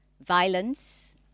violence